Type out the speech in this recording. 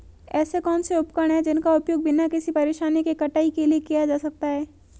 ऐसे कौनसे उपकरण हैं जिनका उपयोग बिना किसी परेशानी के कटाई के लिए किया जा सकता है?